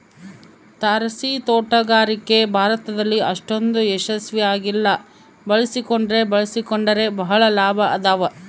ತಾರಸಿತೋಟಗಾರಿಕೆ ಭಾರತದಲ್ಲಿ ಅಷ್ಟೊಂದು ಯಶಸ್ವಿ ಆಗಿಲ್ಲ ಬಳಸಿಕೊಂಡ್ರೆ ಬಳಸಿಕೊಂಡರೆ ಬಹಳ ಲಾಭ ಅದಾವ